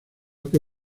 que